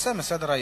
הנושא מסדר-היום.